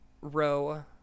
row